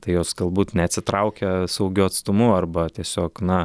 tai jos galbūt neatsitraukia saugiu atstumu arba tiesiog na